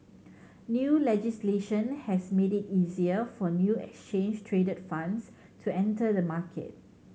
new legislation has made it easier for new exchange traded funds to enter the market